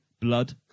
blood-